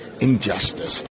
injustice